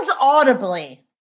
audibly